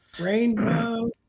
rainbow